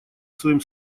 своим